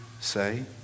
say